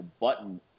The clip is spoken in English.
button